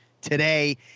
today